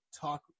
talk